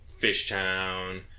Fishtown